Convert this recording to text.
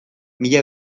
mila